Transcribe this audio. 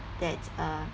that uh